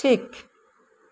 ᱴᱷᱤᱠ